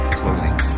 clothing